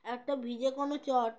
একটা ভিজে কোনো চট